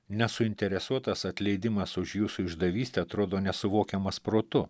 nesuinteresuotas atleidimas už jūsų išdavystę atrodo nesuvokiamas protu